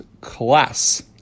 class